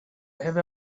have